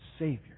Savior